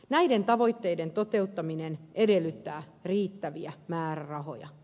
näiden tavoitteiden toteuttaminen edellyttää riittäviä määrärahoja